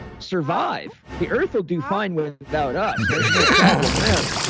survive, the earth will do fine without us. there's no problem there.